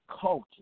culture